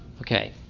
okay